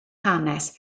hanes